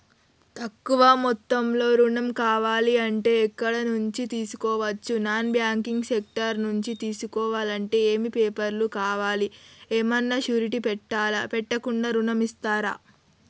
తక్కువ మొత్తంలో ఋణం కావాలి అంటే ఎక్కడి నుంచి తీసుకోవచ్చు? నాన్ బ్యాంకింగ్ సెక్టార్ నుంచి తీసుకోవాలంటే ఏమి పేపర్ లు కావాలి? ఏమన్నా షూరిటీ పెట్టాలా? పెట్టకుండా ఋణం ఇస్తరా?